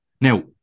Now